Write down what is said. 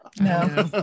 no